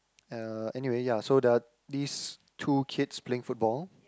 uh anyway ya so the these two kids playing football